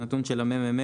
הנתון של הממ"מ,